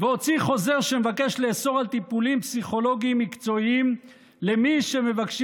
והוציא חוזר שמבקש לאסור טיפולים פסיכולוגיים מקצועיים למי שמבקשים